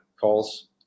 calls